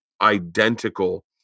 identical